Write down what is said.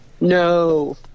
No